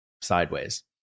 sideways